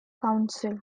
council